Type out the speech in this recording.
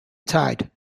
tide